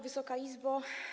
Wysoka Izbo!